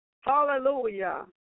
Hallelujah